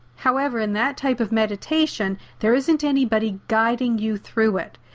however in that type of meditation, there isn't anybody guiding you through it.